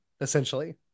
essentially